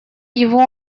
его